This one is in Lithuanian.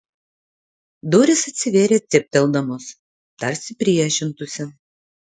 durys atsivėrė cypteldamos tarsi priešintųsi